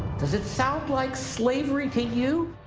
does it sound like slavery to you?